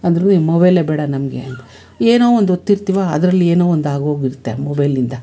ಅಂದ್ರೂ ನಿಮ್ಮ ಮೊಬೈಲೇ ಬೇಡ ನಮಗೆ ಅಂತ ಏನೋ ಒಂದು ಒತ್ತಿರ್ತೀವಿ ಅದ್ರಲ್ಲಿ ಏನೋ ಒಂದಾಗೋಗಿರುತ್ತೆ ಮೊಬೈಲಿಂದ